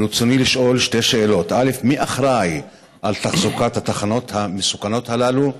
ברצוני לשאול שתי שאלות: 1. מי אחראי לתחזוקת התחנות המסוכנות הללו?